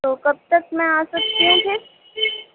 تو کب تک میں آ سکتی ہوں پھر